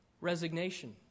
resignation